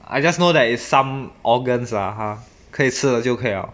I just know that it's some organs lah !huh! 可以吃的就可以了